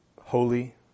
holy